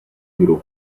gru